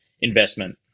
investment